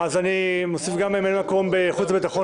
אני מוסיף גם ממלאי מקום בחוץ וביטחון